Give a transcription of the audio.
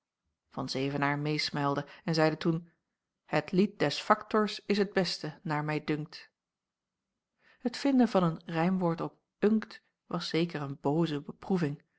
van zevenaer meesmuilde en zeide toen het lied des factors is het beste naar mij dunkt het vinden van een rijmwoord op unkt was zeker een booze beproeving